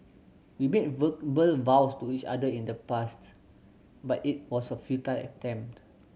we made verbal vows to each other in the past but it was a futile attempt